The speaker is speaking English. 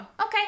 Okay